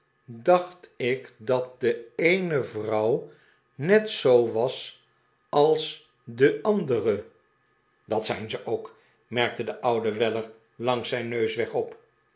dacht ik dat de eene vrouw net zoo was als de andere dat zijn ze ook merkte de oude weller langs zijn neus weg op